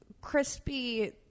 crispy